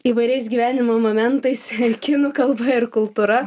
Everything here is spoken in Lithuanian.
įvairiais gyvenimo momentais kinų kalba ir kultūra